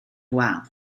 wal